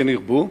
כן ירבו,